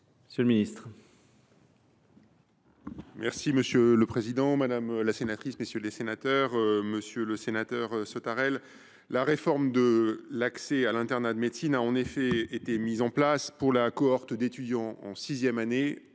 monsieur le ministre